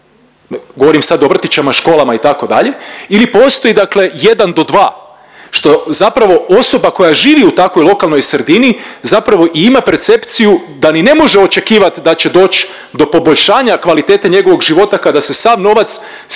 govorim sada o vrtićima, školama itd. ili postoji dakle jedan do dva što zapravo osoba koja živi u takvoj lokalnoj sredini zapravo i ima percepciju da ni ne može očekivati da će doći do poboljšanja kvalitete njegovog života kada se sav novac slijeva